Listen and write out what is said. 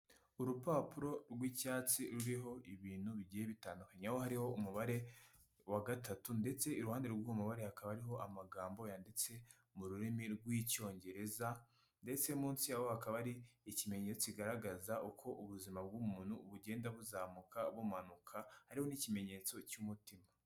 Urupapuro rw'icyatsi ruriho ibintu bigiye bitandukanyekanye aho hariho umubare wa gatatu ndetse iruhande rw'uwo umubare hakaba hariho amagambo yanditse mu rurimi rw'icyongereza ndetse munsi yaho hakaba ari ikimenyetso kigaragaza uko ubuzima bw'umuntu bugenda buzamuka, bumanuka hariho n'ikimenyetso cy'umutima.